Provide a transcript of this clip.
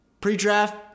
Pre-draft